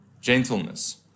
gentleness